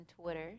Twitter